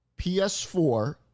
PS4